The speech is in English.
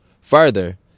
Further